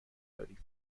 داریم